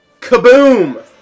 Kaboom